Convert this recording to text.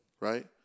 Right